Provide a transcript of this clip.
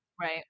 right